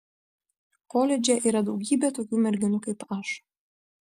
koledže yra daugybė tokių merginų kaip aš